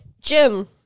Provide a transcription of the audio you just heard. Jim